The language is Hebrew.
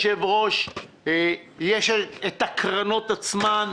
יש הקרנות עצמן,